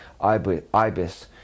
Ibis